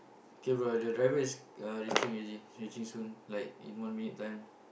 okay bro the driver is reaching already reaching soon like in one minute time